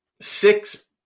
six